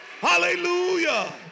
Hallelujah